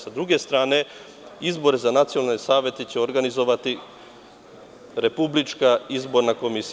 Sa druge strane izbore za nacionalne savete će organizovati Republička izborna komisija.